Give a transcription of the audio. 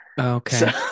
Okay